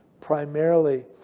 primarily